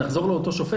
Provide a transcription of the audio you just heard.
אם לחזור לתמריץ,